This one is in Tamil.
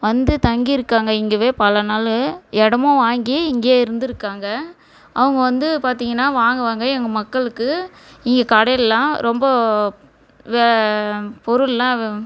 வந்து தங்கியிருக்காங்க இங்கேவே பல நாள் இடமும் வாங்கி இங்கேயே இருந்திருக்காங்க அவங்க வந்து பார்த்தீங்கன்னா வாங்குவாங்க எங்கள் மக்களுக்கு இங்கே கடையிலெலாம் ரொம்ப வெ பொருளெலாம்